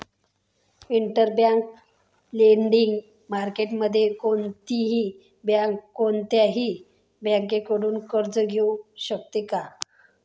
Interbank lending मार्केटमध्ये कोणतीही bank कोणत्याही बँकेकडून कर्ज घेऊ शकते का?